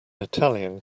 italian